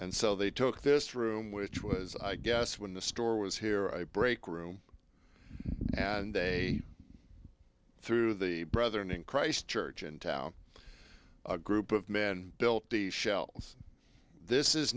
and so they took this room which was i guess when the store was here i break room and they through the brother in christ church in town a group of men built the shelves this is